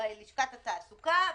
בלשכת התעסוקה,